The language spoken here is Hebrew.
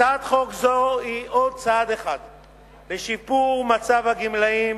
הצעת חוק זו היא עוד צעד אחד בשיפור מצב הגמלאים,